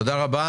תודה רבה,